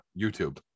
YouTube